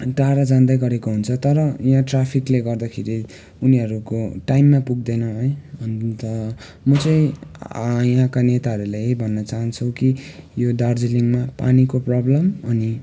अनि टाढा जाँदैगरेको हुन्छ तर यहाँ ट्राफिकले गर्दाखेरि उनीहरूको टाइममा पुग्दैन है अन्त म चाहिँ यहाँका नेताहरूलाई यही भन्न चाहन्छु कि यो दार्जिलिङमा पानीको प्रब्लम अनि